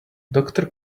doctor